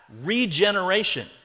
regeneration